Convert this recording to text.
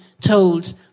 told